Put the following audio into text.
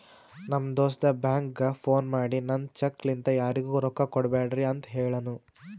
ನಮ್ ದೋಸ್ತ ಬ್ಯಾಂಕ್ಗ ಫೋನ್ ಮಾಡಿ ನಂದ್ ಚೆಕ್ ಲಿಂತಾ ಯಾರಿಗೂ ರೊಕ್ಕಾ ಕೊಡ್ಬ್ಯಾಡ್ರಿ ಅಂತ್ ಹೆಳುನೂ